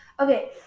Okay